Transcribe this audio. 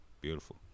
beautiful